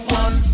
one